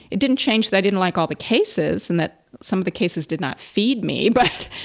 it didn't change that didn't like all the cases and that some of the cases did not feed me, but,